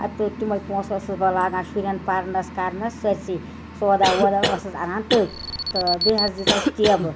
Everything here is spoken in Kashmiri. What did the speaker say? اَتہٕ تِمے پونٛسہٕ ٲسٕس بہٕ لاگان شُرٮ۪ن پرنس کرنس سٲرسی سودا ودا ٲسٕس اَنان تٔتھۍ تہٕ بیٚیہِ حظ دِژ اَسہِ ٹٮ۪بہٕ